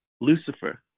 Lucifer